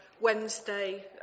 wednesday